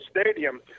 Stadium